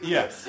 Yes